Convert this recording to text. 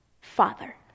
father